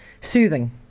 soothing